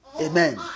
Amen